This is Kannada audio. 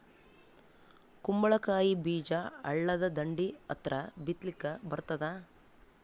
ಕುಂಬಳಕಾಯಿ ಬೀಜ ಹಳ್ಳದ ದಂಡಿ ಹತ್ರಾ ಬಿತ್ಲಿಕ ಬರತಾದ?